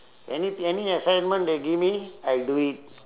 anything any assignment they give me I do it